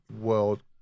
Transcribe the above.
world